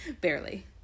barely